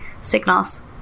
signals